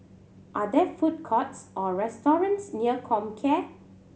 are there food courts or restaurants near Comcare